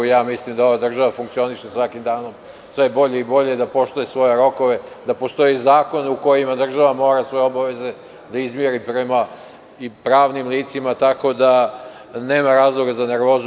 Ja mislim da ova država funkcioniše svakim danom sve bolje i bolje i da poštuje svoje rokove da postoji zakon u kojima država mora svoje obaveze da izmiri prema i pravnim licima, tako da nema razloga za nervozu.